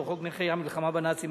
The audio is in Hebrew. ובחוק נכי המלחמה בנאצים,